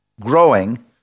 growing